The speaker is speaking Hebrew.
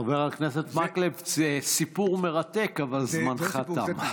חבר הכנסת מקלב, זה סיפור מרתק, אבל זמנך תם.